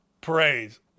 parades